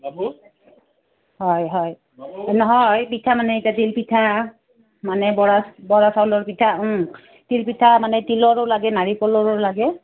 হয় হয় নহয় পিঠা মানে এতিয়া তিলপিঠা মানে বৰা বৰা চাউলৰ পিঠা তিলপিঠা মানে তিলৰো লাগে নাৰিকলৰো লাগে